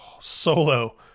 Solo